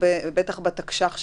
בטח בתקש"ח,